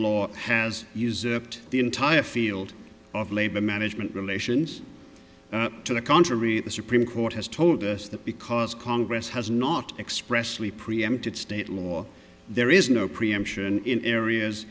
law has usurped the entire field of labor management relations to the contrary the supreme court has told us that because congress has not expressly preempted state law there is no preemption in areas